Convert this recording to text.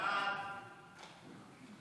סעיפים 1 2